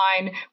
line